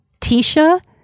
Tisha